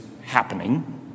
happening